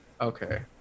Okay